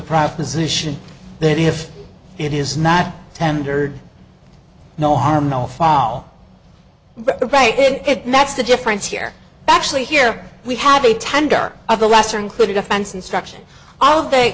proposition that if it is not tendered no harm no foul but the right it mattes the difference here actually here we have a tender of the raster included offense instruction all day